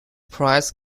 price